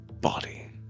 body